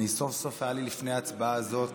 סוף-סוף היה לי לפני ההצבעה הזאת